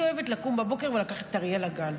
או 02:00. אני אוהבת לקום בבוקר ולקחת את אריאל לגן.